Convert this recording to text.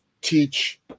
teach